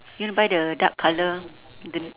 you want to buy the dark colour the